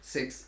Six